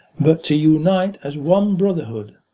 but to unite as one brotherhood,